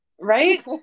right